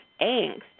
angst